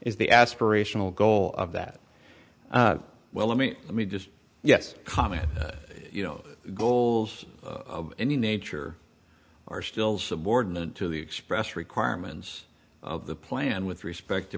is the aspirational goal of that well let me let me just yes comment you know goals of any nature are still subordinate to the expressed requirements of the plan with respect to